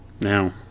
Now